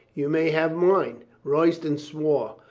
you may have mine. royston swore.